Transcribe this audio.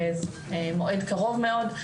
זה מועד קרוב מאוד.